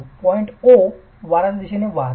point O वाराच्या दिशेने आहे